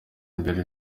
imbere